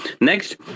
next